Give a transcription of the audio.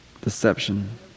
Deception